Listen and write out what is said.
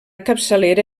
capçalera